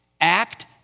Act